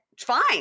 Fine